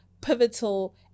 pivotal